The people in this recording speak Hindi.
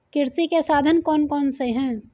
कृषि के साधन कौन कौन से हैं?